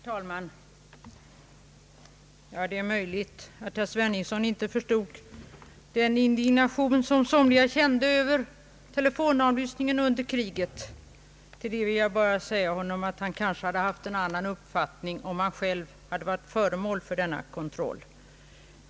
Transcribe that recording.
Herr talman! Det är möjligt att herr Sveningsson inte förstod den indignation somliga kände över telefonavlyssningen under kriget. Han hade kanske haft en annan uppfattning om han själv varit föremål för denna kontroll.